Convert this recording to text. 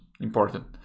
important